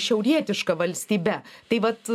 šiaurietiška valstybe tai vat